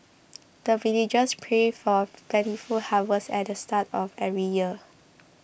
the villagers pray for plentiful harvest at the start of every year